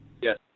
yes